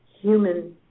human